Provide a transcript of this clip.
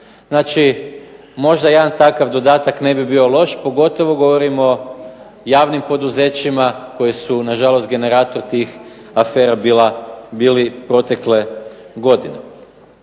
Znači, možda jedan takav dodatak ne bi bio loš, pogotovo govorim o javnim poduzećima koji su nažalost generator tih afera bili protekle godine.